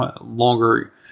longer